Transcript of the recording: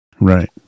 right